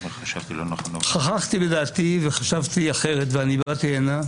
חככתי בדעתי וחשבתי אחרת ובאתי הנה.